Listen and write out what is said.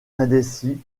indécis